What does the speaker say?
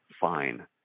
fine